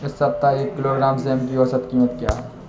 इस सप्ताह एक किलोग्राम सेम की औसत कीमत क्या है?